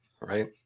Right